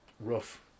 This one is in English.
Rough